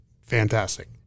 fantastic